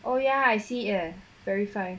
oh ya I see a verify